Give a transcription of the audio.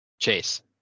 Chase